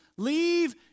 Leave